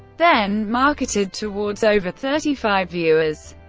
then marketed towards over thirty five viewers.